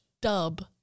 dub